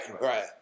right